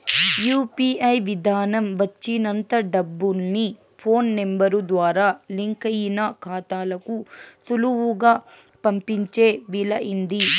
UPI విదానం వచ్చినంత డబ్బుల్ని ఫోన్ నెంబరు ద్వారా లింకయిన కాతాలకు సులువుగా పంపించే వీలయింది